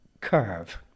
curve